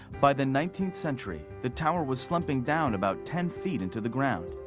by the nineteenth century, the tower was slumping down about ten feet into the ground.